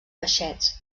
peixets